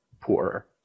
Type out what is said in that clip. poorer